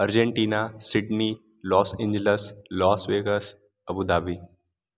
Argentina Sydney Los Angeles los vegas Abu Dhabi